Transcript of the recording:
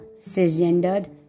cisgendered